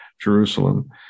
Jerusalem